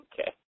Okay